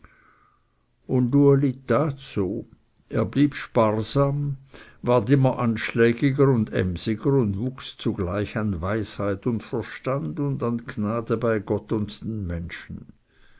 und uli tat so er blieb sparsam ward immer anschlägiger und emsiger und wuchs zugleich an weisheit und verstand und an gnade bei gott und den menschen